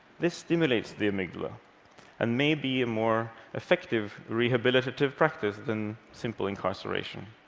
this stimulates the amygdala and may be a more effective rehabilitative practice than simple incarceration.